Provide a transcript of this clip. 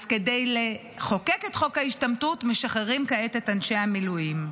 אז כדי לחוקק את חוק ההשתמטות משחררים כעת את אנשי המילואים,